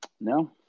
No